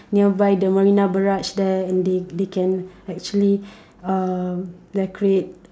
nearby the Marina Barrage there and they they can actually um decorate